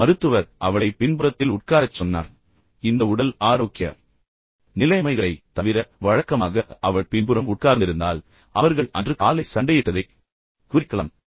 எனவே மருத்துவர் அவளை பின்புறத்தில் உட்காரச் சொன்னார் ஆனால் இந்த உடல் ஆரோக்கிய நிலைமைகளைத் தவிர வழக்கமாக அவள் பின்புறம் உட்கார்ந்திருந்தால் அவர்கள் அன்று காலை சண்டையிட்டதைக் குறிக்கலாம்